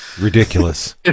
ridiculous